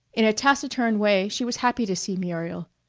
in a taciturn way she was happy to see muriel.